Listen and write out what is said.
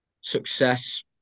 success